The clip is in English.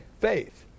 faith